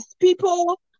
People